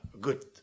good